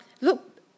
Look